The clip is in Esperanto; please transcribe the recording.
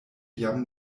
jam